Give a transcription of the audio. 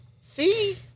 see